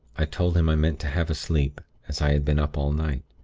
i told him i meant to have a sleep, as i had been up all night.